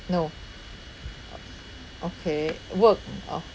no okay work orh